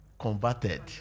converted